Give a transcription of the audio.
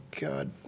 god